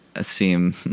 seem